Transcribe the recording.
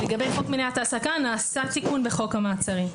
לגבי חוק מניעת העסקה, נעשה תיקון בחוק המעצרים.